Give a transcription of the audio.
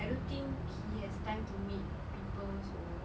I don't think he has time to meet people also